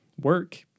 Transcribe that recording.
work